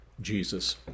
Jesus